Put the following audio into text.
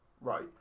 right